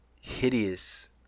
hideous